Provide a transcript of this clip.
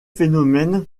phénomène